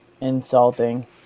insulting